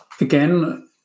again